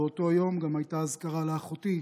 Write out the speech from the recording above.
באותו היום גם הייתה אזכרה לאחותי,